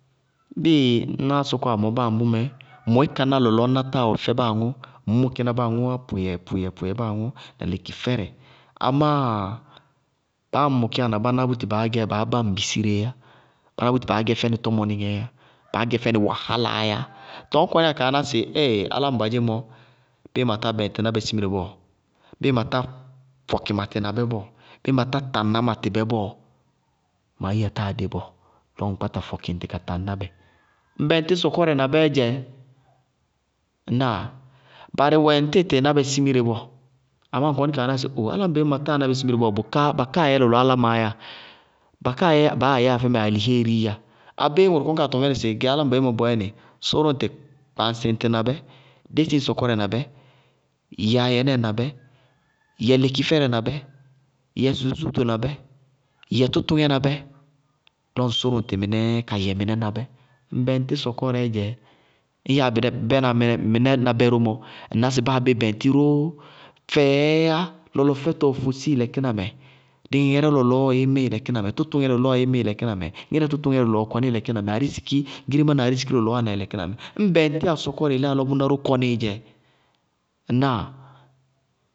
Bɩɩ náá sɔkɔwá mɔɔ ba mʋʋ mɛ, bʋyɩkaná lɔlɔɔ ná táa wɛ fɛ báaŋʋ, ŋñ mʋkɩ na báa aŋʋ pʋyɛɛ-pʋyɛɛ-pʋyɛɛ báa aŋʋ na lekifɛrɛ. Amáa, baá ŋŋ mʋkɩyána báná búti baá gɛ, baá bá ŋ besireétá. Báná búti baá gɛ fɛnɩ tɔmɔ nɩŋɛɛ yá, baá gɛ fɛnɩ wahála yá. Tɔɔ ñ kɔnɩyá kaa ná sɩ éee! Álámɩná boyémɔ ñŋ matá bɛŋtɩ ná bɛ simire bɔɔ, bɩɩ matá fɔkɩ matɩ na bɛ bɔɔ, ma áyiya táa dé bɔɔ lɔ ŋ kpáta ka fɔkɩ ŋtɩ ka taŋná bɛ. Ŋ bɛŋtɩ sɔkɔrɛ na bɛɛ dzɛ. Ŋnáa? Barɩ wɛ ŋ tɩɩ tɩɩ ná bɛ simire bɔɔ, amá ŋ kɔnɩ kaa ná sɩ ooo álámɩná boyémɔ ma táa ná bɛ simire bɔɔ, bʋká ba káa yɛ lɔlɔ álámɩnáá yá, ba káa yɛ baáa yɛá fɛmɛ alihéérii yá, abéé ŋʋrʋ kɔnɩ kaa tɔŋ fɛnɩ sɩ gɛ aláŋbadzémɔ bɔɔ yɛ nɩ, sʋrʋ ŋtɩ kpaŋsɩ ŋtɩ na bɛ, dési ŋ sɔkɔrɛ na bɛ, yɛ ayɩnɛɛ nabɛ, yɛ lekifɛrɛ na bɛ, yɛ sulusúlúto na bɛ, yɛ tʋtʋŋɛ nabɛ, lɔ ŋ sʋrʋ ŋtɩ mɩnɛɛ ka yɛ mɩnɛ nabɛ. Ŋ bɛŋtɩ sɔkɔrɛɛ dzɛ. Ñ yɛyá mɩnɛ na bɛ mɔ, ná sɩ báa bé bɛŋtɩ róó, fɛɛ yá lɔlɔ fɛfɛtɔɔ fosi ɩ lɛkɩnamɛ, dɩŋɛŋɛrɛ lɔlɔɔ ɩɩ mɩ ɩ lɛkɩnamɛ, tʋtʋŋɛ lɔlɔɔ ɩɩ mɩ ɩ lɛkɩnamɛ, ŋɩrɛtʋtʋŋɛ lɔlɔɔ kɔnɩ ɩ lɛkɩnamɛ ariziki, girimá na ariziki lɔlɔ wáana ɩ lɛkɩnamɛ, ñ bɩŋtɩya sɔkɔrɛ yeléyá lɔ bʋná ró kɔnɩɩ dzɛ.